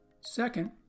Second